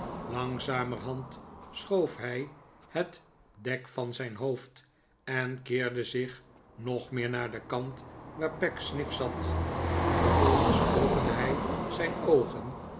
langzamerhand schoof hij het dek van zijn hoofd en keerde zich nog meer naar den kant waar pecksniff zat vervolgens opende hij zijn oogen